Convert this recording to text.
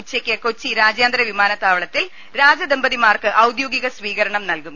ഉച്ചയ്ക്ക് കൊച്ചി രാജ്യാന്തര വിമാനത്താവള ത്തിൽ രാജ ദമ്പതിമാർക്ക് ഔദ്യോഗിക സ്വീകരണം നൽകും